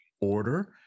order